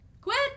Quit